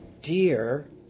dear